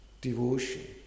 devotion